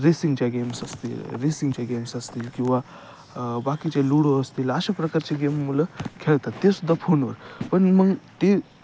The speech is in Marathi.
रेसिंगच्या गेम्स असतील रेसिंगचे गेम्स असतील किंवा बाकीचे लुडो असतील अशा प्रकारचे गेम मुलं खेळतात तेसुद्धा फोनवर पण मग ते